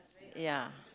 ya